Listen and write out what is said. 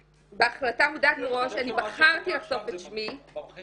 בהחלטה מודעת מראש אני בחרתי לחשוף את שמי --- אבל עאידה,